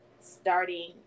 starting